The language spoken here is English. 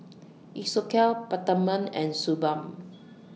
Isocal Peptamen and Suu Balm